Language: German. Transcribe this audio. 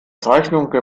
zeichnungen